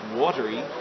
watery